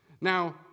Now